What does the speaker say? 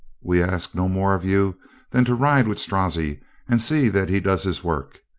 we ask no more of you than to ride with strozzi and see that he does his work.